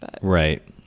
Right